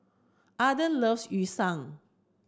Arden loves Yu Son